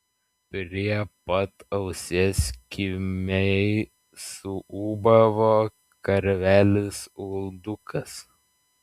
prie pat ausies kimiai suūbavo karvelis uldukas